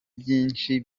byinshi